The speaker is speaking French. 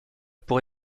pour